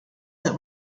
that